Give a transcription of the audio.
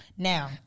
Now